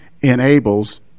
enables